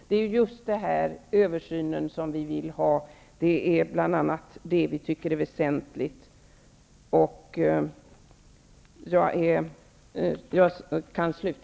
Det är just den översynen som vi vill ha, för det är bl.a. detta vi tycker är väsentligt.